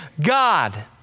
God